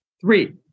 Three